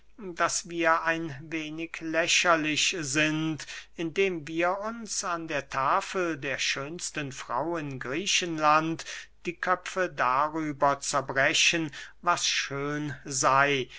daß wir ein wenig lächerlich sind indem wir uns an der tafel der schönsten frau in griechenland die köpfe darüber zerbrechen was schön sey